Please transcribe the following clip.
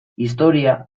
historia